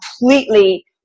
completely